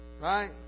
right